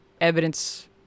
evidence